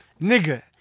Nigga